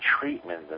treatment